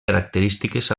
característiques